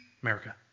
America